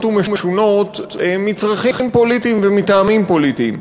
ומשונות מצרכים פוליטיים ומטעמים פוליטיים.